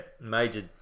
major